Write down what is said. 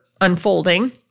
unfolding